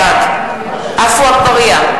בעד עפו אגבאריה,